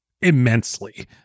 immensely